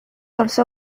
also